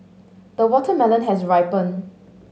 the watermelon has ripened